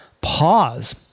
pause